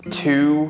two